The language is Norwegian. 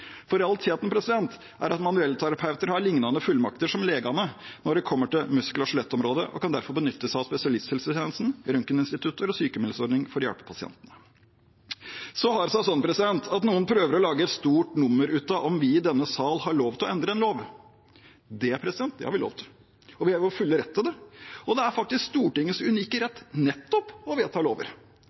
for realiteten er at manuellterapeuter har lignende fullmakter som legene når det gjelder muskel- og skjellettområdet, og kan derfor benytte seg av spesialisthelsetjenesten, røntgeninstitutter og sykemeldingsordning for å hjelpe pasientene. Så har det seg sånn at noen prøver å lage et stort nummer av om vi i denne salen har lov til å endre en lov. Det har vi lov til, og vi er i vår fulle rett til det. Det er faktisk Stortingets unike rett nettopp å vedta lover.